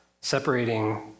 separating